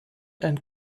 and